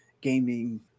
gaming